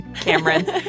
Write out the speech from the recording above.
Cameron